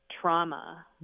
Trauma